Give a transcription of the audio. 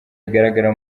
bigaragara